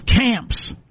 camps